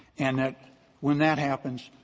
and that when that happens,